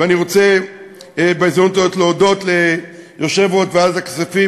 ואני רוצה בהזדמנות הזאת להודות ליושב-ראש ועדת הכספים,